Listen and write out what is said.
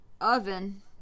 Oven